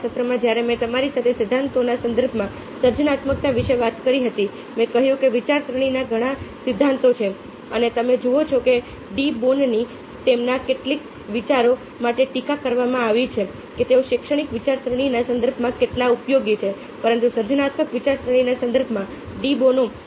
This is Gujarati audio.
છેલ્લા સત્રમાં જ્યારે મેં તમારી સાથે સિદ્ધાંતોના સંદર્ભમાં સર્જનાત્મકતા વિશે વાત કરી હતી મેં કહ્યું કે વિચારસરણીના ઘણા સિદ્ધાંતો છે અને તમે જુઓ છો કે ડી બોનોની તેમના કેટલાક વિચારો માટે ટીકા કરવામાં આવી છે કે તેઓ શૈક્ષણિક વિચારસરણીના સંદર્ભમાં કેટલા ઉપયોગી છે પરંતુ સર્જનાત્મક વિચારસરણીના સંદર્ભમાં ડી બોનો